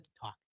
talk